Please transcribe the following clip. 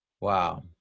Wow